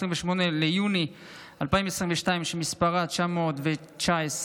28 ביוני 2022 ומספרה 919,